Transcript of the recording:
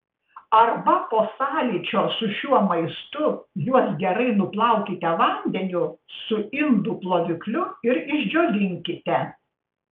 arba po sąlyčio su šiuo maistu juos gerai nuplaukite vandeniu su indų plovikliu ir išdžiovinkite